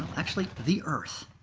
actually, the earth.